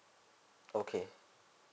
okay